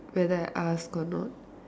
whether I ask or not